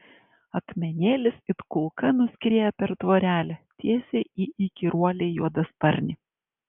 akmenėlis it kulka nuskrieja per tvorelę tiesiai į įkyruolį juodasparnį